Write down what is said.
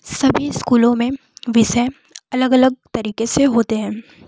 सभी स्कूलों में विषय अलग अलग तरीक़े से होते हैं